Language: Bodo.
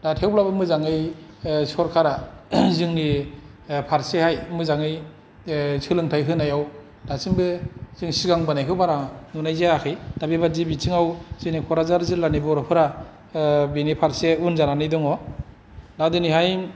थेवब्लाबो मोजाङै सरखारा जोंनि फारसे हाय मोजाङै सोलोंथाइ होनायाव दासिमबो जों सिगां बोनायखौ बारा नुनाय जायाखै दा बेबादि बिथिंआव जोंनि क'क्राझार जिल्लानि बर' फोरा बेनि फारसे उन जानानै दंङ दिनैहाय